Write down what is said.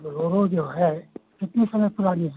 Bolero जो है कितनी समय पुरानी है